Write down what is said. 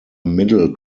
middle